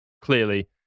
clearly